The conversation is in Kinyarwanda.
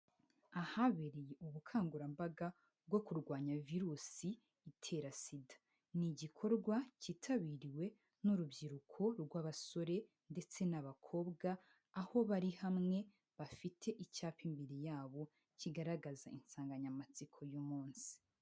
Ahabereye ubukangurambaga bwo kurwanya virusi itera sida. Ni gikorwa kitabiriwe n'urubyiruko rw'abasore ndetse n'abakobwa aho bari hamwe bafite icyapa imbere ya bo kigaragaza insanganyamatsiko y'umunsi.